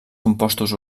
compostos